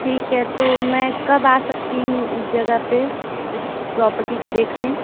ठीक है तो मैं कब आ सकती हूँ उस जगह पर उस प्रॉपर्टी को देखने